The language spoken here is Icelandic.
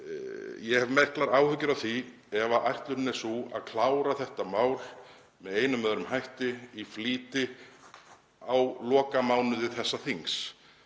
ég hef miklar áhyggjur af því ef ætlunin er að klára þetta mál með einum eða öðrum hætti í flýti á lokamánuði þessa þings.